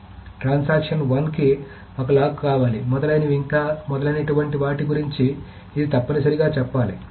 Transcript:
కాబట్టి transaction one కి ఒక లాక్ కావాలి మొదలైనవి ఇంకా మొదలైనటువంటి వాటి గురించి ఇది తప్పనిసరిగా చెప్పాలి